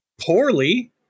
Poorly